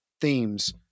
themes